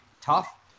tough